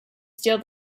steal